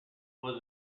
was